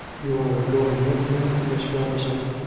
you are going in, then, miss brabazon,